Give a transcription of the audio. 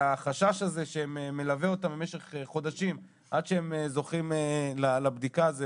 החשש שמלווה אותם במשך חודשים עד שהם זוכים לבדיקה זו